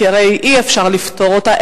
כי הרי אי-אפשר לפתור אותה,